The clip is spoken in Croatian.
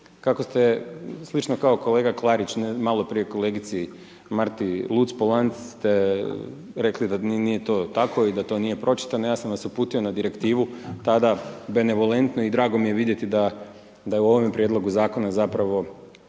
kako ste slično kao kolega Klarić maloprije kolegici Marti Luc-Polanc ste rekli da nije to tako i da nije to pročitano, ja sam vas uputio na direktivu tada benevolentno i drago mi je vidjeti da je u ovom prijedlogu zakona zapravo